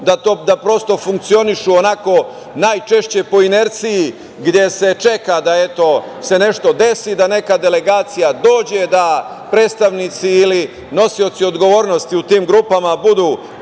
da prosto funkcionišu onako najčešće po inerciji gde se čeka da se, eto, nešto desi, da neka delegacija dođe, da predstavnici ili nosioci odgovornosti u tim grupama budu